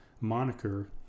moniker